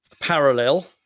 parallel